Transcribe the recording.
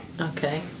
Okay